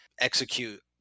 execute